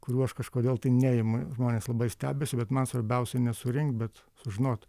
kurių aš kažkodėl tai neimu žmonės labai stebisi bet man svarbiausia ne surinkt bet sužinot